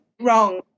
wrong